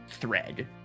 thread